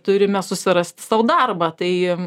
turime susirasti sau darbą tai